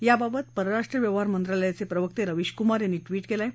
याबाबत परराष्ट्र व्यवहार मंत्रालयाचे प्रवक्त रवीश कुमार यांनी ट्वीट केलं आहे